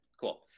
cool